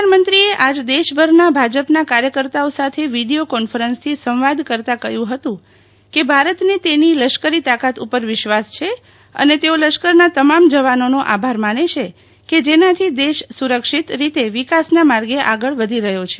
પ્રધાનમંત્રીએ આજ રોજ દેશભરના ભાજપના કાર્યકર્તાઓ સાથે વિડીયો કોન્ફરન્સ થી સંવાદ કરવા કહ્યુ ફતું કે ભારતને તેની એર લશ્કરી તાકાત ઉપર વિશ્વાસ છે અને તેઓ લશ્કરના તમામ જવાનોના આભાર માને છે કે જેનાથી દેશ સુરક્ષિત રીતે વિકાસના માર્ગે આગળ વધી રહ્યો છે